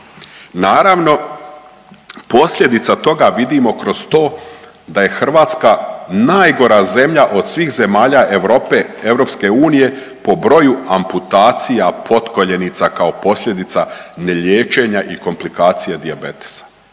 Naravno, posljedica toga vidimo kroz to da je Hrvatska najgora zemlja od svih zemalja Europe, EU, po broju amputacija potkoljenica kao posljedica neliječenja i komplikacija dijabetesa.